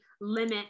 limit